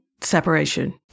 separation